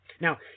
Now